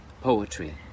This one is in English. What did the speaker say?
Poetry